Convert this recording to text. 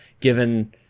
given